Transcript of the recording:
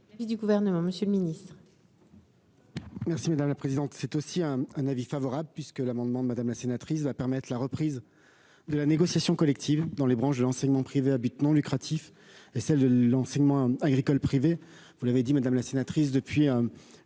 n° 96 du Gouvernement, monsieur le ministre,